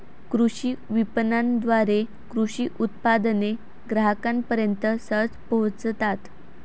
कृषी विपणनाद्वारे कृषी उत्पादने ग्राहकांपर्यंत सहज पोहोचतात